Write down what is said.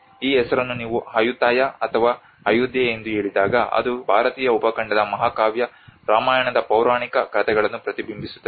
ಈ ಹೆಸರನ್ನು ನೀವು ಅಯುತಾಯ ಅಥವಾ ಅಯೋಧ್ಯೆ ಎಂದು ಕೇಳಿದಾಗ ಅದು ಭಾರತೀಯ ಉಪಖಂಡದ ಮಹಾಕಾವ್ಯ ರಾಮಾಯಣದ ಪೌರಾಣಿಕ ಕಥೆಗಳನ್ನು ಪ್ರತಿಬಿಂಬಿಸುತ್ತದೆ